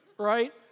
right